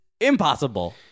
impossible